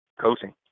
coaching